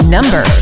Number